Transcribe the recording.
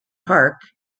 park